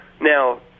Now